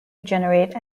generate